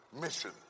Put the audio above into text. Mission